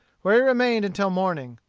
where he remained until morning.